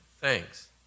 thanks